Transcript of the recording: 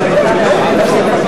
לא נתקבלה.